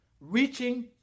reaching